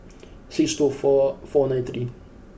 six two four four nine three